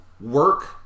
work